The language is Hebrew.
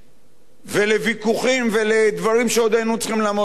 ולוויכוחים ולדברים שעוד היינו צריכים לעמוד בפניהם.